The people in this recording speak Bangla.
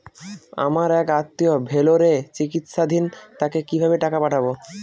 আমার এক আত্মীয় ভেলোরে চিকিৎসাধীন তাকে কি ভাবে টাকা পাঠাবো?